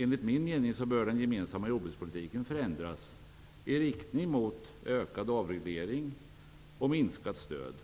Enligt min mening bör den gemensamma jordbrukspolitiken förändras i riktning mot ökad avreglering och minskat stöd.